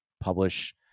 publish